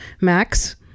max